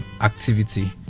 activity